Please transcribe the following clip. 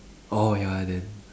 orh ya then